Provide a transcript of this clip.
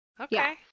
okay